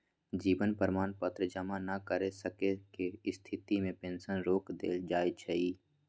जीवन प्रमाण पत्र जमा न कर सक्केँ के स्थिति में पेंशन रोक देल जाइ छइ